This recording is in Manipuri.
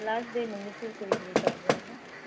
ꯂꯥꯁ ꯗꯦ ꯅꯨꯃꯤꯠꯇꯤ ꯀꯔꯤ ꯀꯔꯤ ꯇꯧꯕ꯭ꯔꯥꯕ